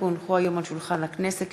כי הונחה היום על שולחן הכנסת,